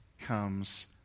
comes